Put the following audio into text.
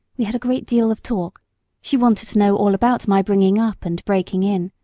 we had a great deal of talk she wanted to know all about my bringing up and breaking in,